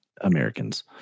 Americans